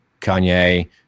Kanye